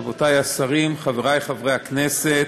רבותי השרים, חברי חברי הכנסת,